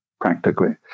practically